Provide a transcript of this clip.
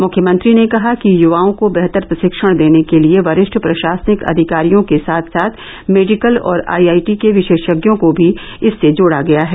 मुख्यमंत्री ने कहा कि युवाओं को बेहतर प्रशिक्षण देने के लिए वरिष्ठ प्रशासनिक अधिकारियों के साथ साथ मेडिकल और आईआईटी के विशेषज्ञों को भी इससे जोड़ा गया है